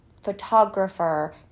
photographer